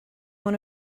one